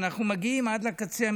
ואנחנו מגיעים עד לקצה,